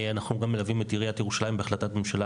אנחנו גם מלווים את עיריית ירושלים בהחלטת ממשלה